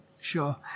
Sure